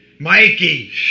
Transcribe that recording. Mikey